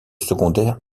secondaire